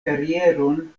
karieron